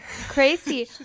Crazy